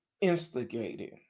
instigated